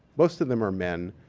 most of them are men.